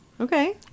Okay